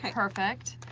perfect.